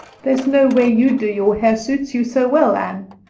there is no way you do your hair suits you so well, anne,